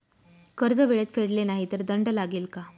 कर्ज वेळेत फेडले नाही तर दंड लागेल का?